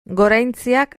goraintziak